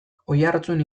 oiartzun